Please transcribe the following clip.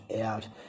out